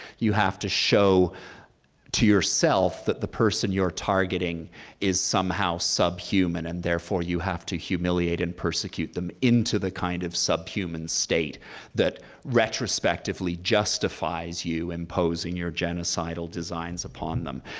you have to show to yourself that the person you're targeting is somehow subhuman, and therefore you have to humiliate and persecute them into the kind of subhuman state that retrospectively justifies you imposing your genocidal designs upon them.